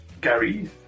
Gary